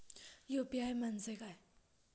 UPI म्हणजे काय?